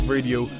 Radio